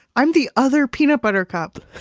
i'm the other peanut butter cup,